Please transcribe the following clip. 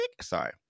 Sorry